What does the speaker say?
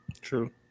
True